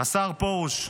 השר פרוש.